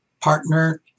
partner